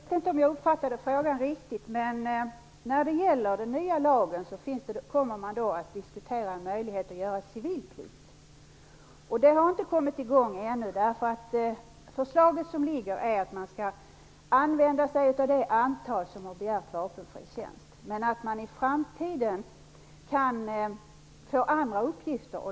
Fru talman! Jag vet inte om jag uppfattade frågan rätt. I samband med den nya lagen kommer möjligheten att göra civilplikt att diskuteras. Detta har inte kommit i gång ännu, därför att det förslag som ligger innebär att man skall använda sig av det antal som har begärt vapenfri tjänst men att de i framtiden kan få andra uppgifter.